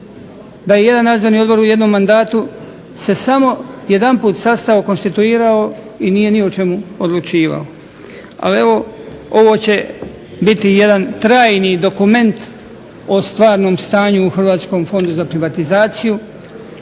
da je jedan nadzorni odbor u jednom mandatu se samo jedanput sastao, konstituirao i nije ni o čemu odlučivao. Ali evo ovo će biti jedan trajni dokument o stvarnom stanju u Hrvatskom fondu za privatizaciju,